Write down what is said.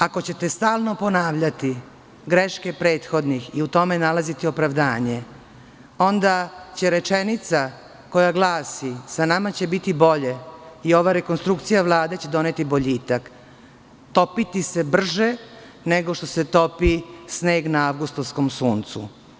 Ako ćete stalno ponavljati greške prethodnih i u tome nalaziti opravdanje, onda će rečenica koja glasi – sa nama će biti bolje i ova rekonstrukcija Vlade će doneti boljitak, topiti se brže nego što se topi sneg na avgustovskom suncu.